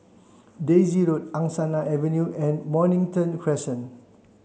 Daisy Road Angsana Avenue and Mornington Crescent